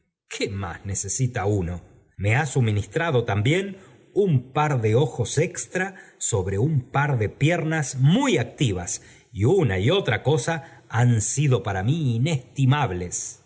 qué más necesita un me ha suministrado también un par de ojos extra sobre un par de piernas muy activas y una v otra cosa han sido para mí inestimables